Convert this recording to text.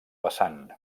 vessant